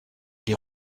les